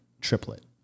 triplet